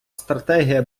стратегія